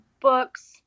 books